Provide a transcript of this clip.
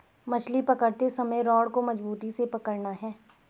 मछली पकड़ते समय रॉड को मजबूती से पकड़ना है